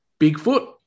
Bigfoot